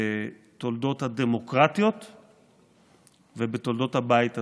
בתולדות הדמוקרטיות ובתולדות הבית הזה.